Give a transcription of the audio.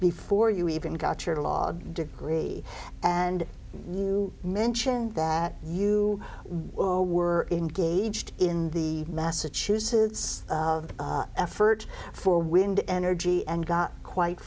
before you even got your log degree and new mention that you were engaged in the massachusetts effort for wind energy and got quite